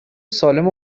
سالم